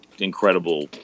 Incredible